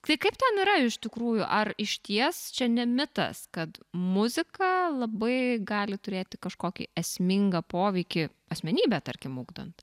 tai kaip ten yra iš tikrųjų ar išties čia ne mitas kad muzika labai gali turėti kažkokį esmingą poveikį asmenybę tarkim ugdant